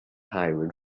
hire